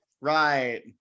right